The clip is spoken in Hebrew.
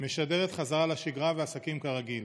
משדרת חזרה לשגרה ועסקים כרגיל.